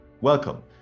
Welcome